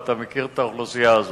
ואתה מכיר את האוכלוסייה הזאת.